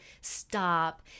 stop